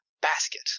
basket